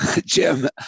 Jim